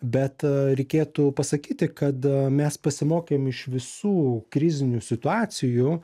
bet reikėtų pasakyti kad mes pasimokėm iš visų krizinių situacijų